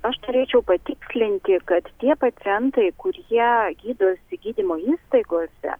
aš turėčiau patikslinti kad tie pacientai kurie gydosi gydymo įstaigose